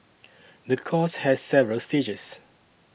the course has several stages